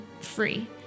free